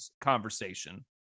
conversation